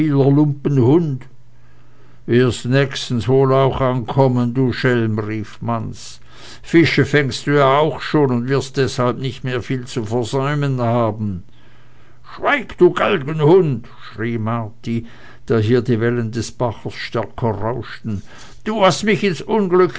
lumpenhund wirst nächstens wohl auch ankommen du schelm rief manz fische fängst du ja auch schon und wirst deshalb nicht viel mehr zu versäumen haben schweig du galgenhund schrie marti da hier die wellen des baches stärker rauschten du hast mich ins unglück